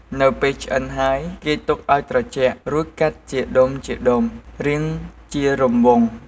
នៅពេលឆ្អិនហើយ គេទុកឱ្យត្រជាក់ រួចកាត់ជាដុំៗ រាងជារង្វង់។